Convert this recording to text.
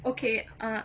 okay err